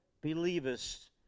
believest